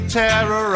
terror